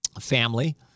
family